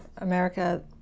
America